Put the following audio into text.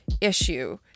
issue